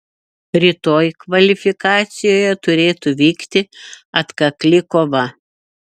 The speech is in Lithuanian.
rytoj kvalifikacijoje turėtų vykti atkakli kova